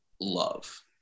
love